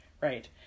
Right